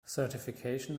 certification